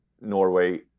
Norway